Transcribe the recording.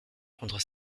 contre